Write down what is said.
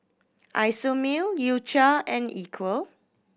Isomil U Cha and Equal